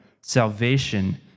salvation